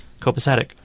copacetic